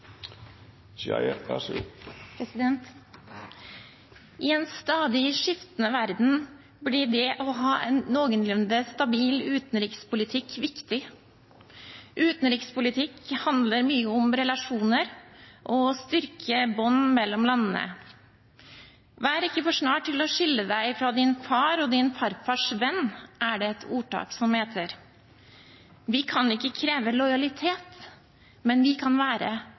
Vær ikke for snar til å skille deg fra din far og din farfars venn, er det et ordtak som heter. Vi kan ikke kreve lojalitet, men vi kan være